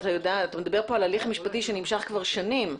מדובר בהליך משפטי שנמשך שנים.